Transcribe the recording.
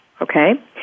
okay